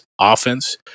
offense